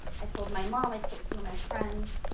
i told my mom, i told some of my friends.